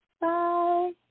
Bye